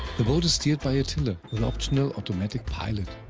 the boat is steered by a tiller with optional automatic pilot.